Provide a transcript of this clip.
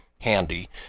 Handy